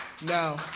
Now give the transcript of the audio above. now